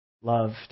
loved